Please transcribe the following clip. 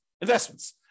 investments